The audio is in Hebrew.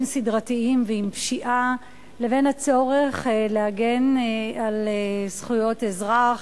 סדרתיים ועם פשיעה לבין הצורך להגן על זכויות אזרח,